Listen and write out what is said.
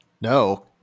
No